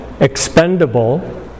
expendable